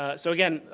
ah so again,